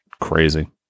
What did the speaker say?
Crazy